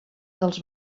dels